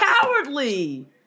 cowardly